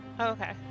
Okay